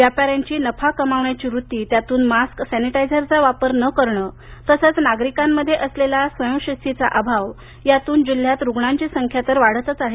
व्यापाऱ्यांची नफा कमावण्याची वृत्ती त्यातून मास्क सॅनिटायझरचा वापर न करणे तसेच नागरिकांमध्ये असलेला स्वयंशिस्तीचा अभाव यातून जिल्ह्यात रुग्णांची संख्या तर वाढतच आहे